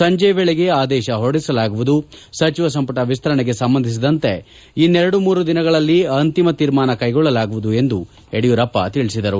ಸಂಜೆಯ ವೇಳೆಗೆ ಆದೇತ ಹೊರಡಿಸಲಾಗುವುದು ಸಚಿವ ಸಂಪುಟ ವಿಸ್ತರಣೆಗೆ ಸಂಬಂಧಿಸಿದಂತೆ ಇನ್ನೆರಡು ಮೂರು ದಿನಗಳಲ್ಲಿ ಅಂತಿಮ ತೀರ್ಮಾನ ಕೈಗೊಳ್ಳಲಾಗುವುದು ಎಂದು ಯಡಿಯೂರಪ್ಪ ತಿಳಿಸಿದರು